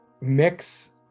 mix